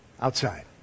outside